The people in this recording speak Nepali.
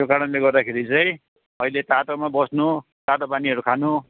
त्यो कारणले गर्दाखेरि चाहिँ अहिले तातोमा बस्नू तातो पानीहरू खानू